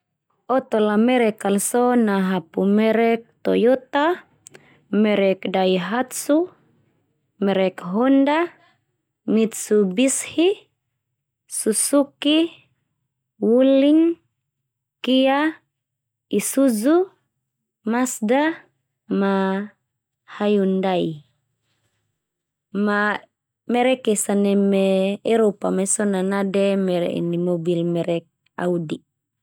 Oto la merek kal so, na hapu merek Toyota, merek Daihatsu, merek Honda, Mitsubishi, Zuzuki, Wuling, Kia, Isuzu, Masda, ma Hayundai. Ma merek esa neme Eropa mai so na nade mere ini mobil merek Audi.